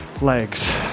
legs